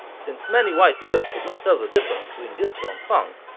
since many white ears could not tell the difference between disco and funk,